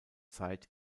zeit